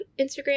Instagram